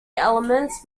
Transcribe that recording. elements